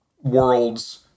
worlds